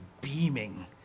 beaming